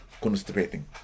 constipating